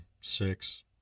six